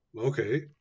okay